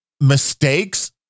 mistakes